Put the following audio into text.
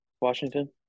Washington